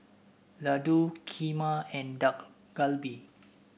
Ladoo Kheema and Dak Galbi